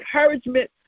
encouragement